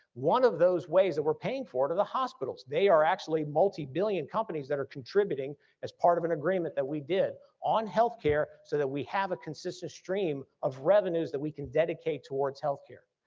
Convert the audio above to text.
one of those ways that we're paying for it are the hospitals. they are actually multibillion companies that are contributing as part of an agreement that we did on healthcare so that we have a consistent stream of revenues that we can dedicate towards healthcare.